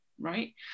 right